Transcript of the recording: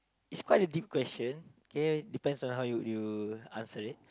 is quite a deep question K depends on how you you answer it